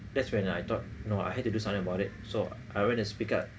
that's when I thought no I had to do something about it so I went to speak up